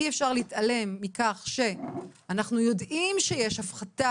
אי-אפשר להתעלם מכך שאנחנו יודעים שיש הפחתה